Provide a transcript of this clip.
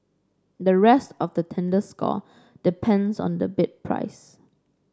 the rest of the tender score depends on the bid price